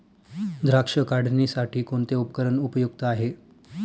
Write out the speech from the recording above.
द्राक्ष काढणीसाठी कोणते उपकरण उपयुक्त आहे?